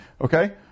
Okay